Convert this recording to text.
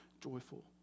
joyful